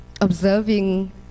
observing